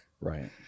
right